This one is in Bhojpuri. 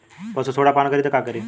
पशु सोडा पान करी त का करी?